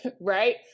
right